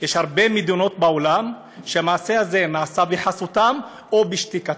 יש הרבה מדינות בעולם שהמעשה הזה נעשה בחסותן או בשתיקתן,